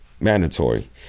mandatory